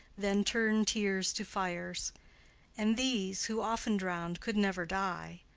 then turn tears to fires and these, who, often drown'd, could never die,